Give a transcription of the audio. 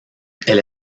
elle